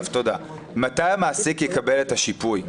מתי המעסיק יקבל את השיפוי?